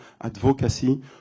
advocacy